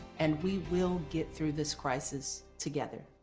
and we will get through this crisis together.